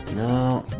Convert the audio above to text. no